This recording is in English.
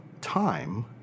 time